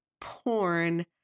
porn